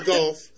Golf